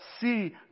see